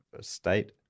state